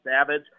Savage